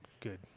good